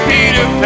Peter